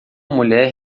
mulher